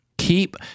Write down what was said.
Keep –